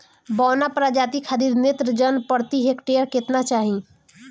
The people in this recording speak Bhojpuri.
बौना प्रजाति खातिर नेत्रजन प्रति हेक्टेयर केतना चाही?